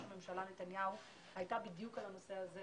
הממשלה נתניהו הייתה בדיוק על הנושא הזה.